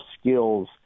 skills